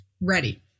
ready